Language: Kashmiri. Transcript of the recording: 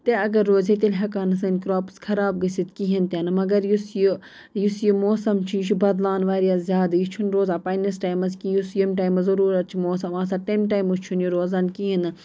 تہِ اگر روزِ ہے تیٚلہِ ہٮ۪کہٕ ہا نہٕ سٲنۍ کرٛاپُس خراب گٔژھِتھ کِہیٖنٛۍ تہِ نہٕ مگر یُس یہِ یُس یہِ موسَم چھُ یہِ چھُ بَدلان واریاہ زیادٕ یہِ چھُنہٕ روزان پنٕنِس ٹایمَس کیٚنٛہہ یُس ییٚمہِ ٹایمہٕ ضروٗرت چھُ موسَم آسان تَمہِ ٹایمہٕ چھُنہٕ یہِ روزان کِہیٖنٛۍ نہٕ